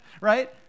right